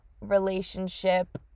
relationship